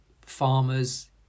farmers